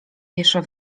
piesze